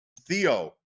theo